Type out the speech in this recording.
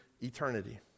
eternity